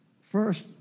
First